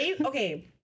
Okay